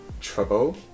trouble